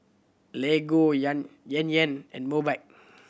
Lego Yan Yan and Mobike